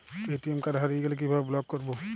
ATM card হারিয়ে গেলে কিভাবে ব্লক করবো?